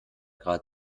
grad